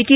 T